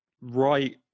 right